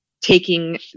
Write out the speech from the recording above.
taking